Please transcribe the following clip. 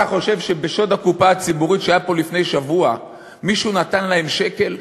אתה חושב שבשוד הקופה הציבורית שהיה פה לפני שבוע מישהו נתן להם שקל,